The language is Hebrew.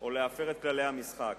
או להפר את כללי המשחק.